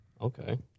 Okay